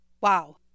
Wow